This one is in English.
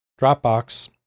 Dropbox